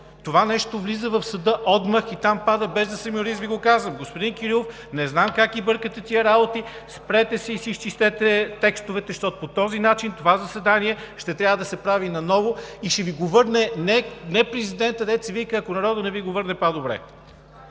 Това нещо влиза в съда одма и там пада, без да съм юрист Ви го казвам. Господин Кирилов, не знам как ги бъркате тези работи – спрете се и си изчистете текстове, защото по този начин това заседание ще трябва да се прави наново и ще Ви го върне не президентът, дето се вика, ако народът не Ви го върне, пак е добре.